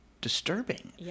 disturbing